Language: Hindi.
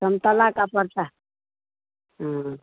संतरा का पड़ता है हाँ